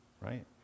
right